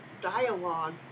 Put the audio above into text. dialogue